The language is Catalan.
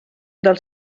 del